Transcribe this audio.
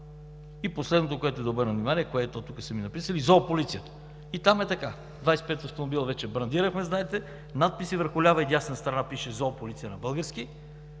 И последното, на което да обърна внимание, което тук са ми написали – „Зоополицията“. И там е така, 25 автомобила вече брандирахме, знаете, надписи върху лява и дясна страна, пише „Зоополиция“ на български,